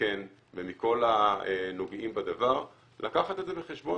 ומכם ומכל הנוגעים בדבר לקחת את זה בחשבון